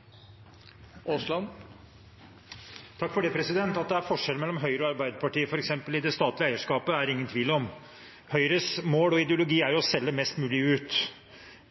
det gjelder f.eks. det statlige eierskapet, er det ingen tvil om. Høyres mål og ideologi er jo å selge mest mulig ut.